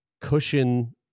cushion